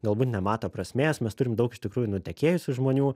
galbūt nemato prasmės mes turim daug iš tikrųjų nutekėjusių žmonių